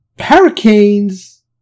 Hurricanes